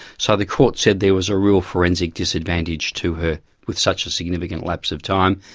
so the court said there was a real forensic disadvantage to her with such a significant lapse of time,